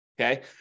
Okay